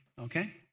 okay